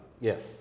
Yes